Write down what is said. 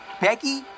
becky